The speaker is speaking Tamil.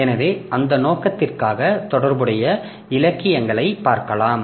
எனவே அந்த நோக்கத்திற்காக தொடர்புடைய இலக்கியங்களை பார்க்கலாம்